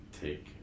take